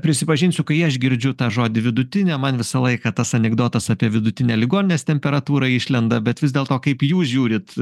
prisipažinsiu kai aš girdžiu tą žodį vidutinė man visą laiką tas anekdotas apie vidutinę ligoninės temperatūrą išlenda bet vis dėlto kaip jūs žiūrit